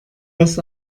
das